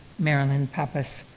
marilyn pappas,